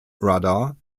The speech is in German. radar